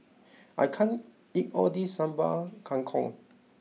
I can't eat all this Sambal Kangkong